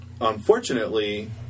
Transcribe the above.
Unfortunately